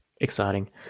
Exciting